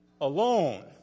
alone